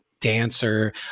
dancer